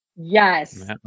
Yes